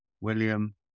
William